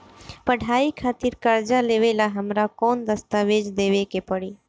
पढ़ाई खातिर कर्जा लेवेला हमरा कौन दस्तावेज़ देवे के पड़ी?